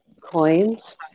coins